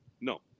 No